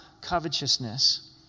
covetousness